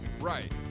right